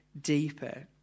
deeper